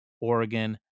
Oregon